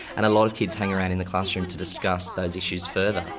and a lot of kids hang around in the classroom to discuss those issues further.